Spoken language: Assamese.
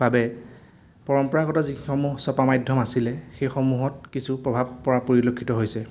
বাবে পৰম্পৰাগত যিসমূহ চপা মাধ্যম আছিলে সেইসমূহত কিছু প্ৰভাৱ পৰা পৰিলক্ষিত হৈছে